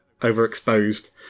overexposed